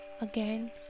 again